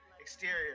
Exterior